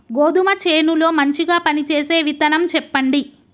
గోధుమ చేను లో మంచిగా పనిచేసే విత్తనం చెప్పండి?